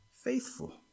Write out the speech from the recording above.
faithful